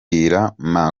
yakwita